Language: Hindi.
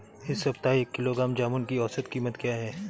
इस सप्ताह एक किलोग्राम जामुन की औसत कीमत क्या है?